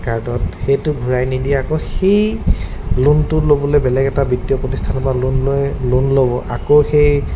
কাৰ্ডত সেইটো ঘূৰাই নিদি আকৌ সেই লোনটো ল'বলৈ বেলেগ এটা বিত্তীয় প্ৰতিষ্ঠানৰপৰা লোন লৈ লোন ল'ব আকৌ সেই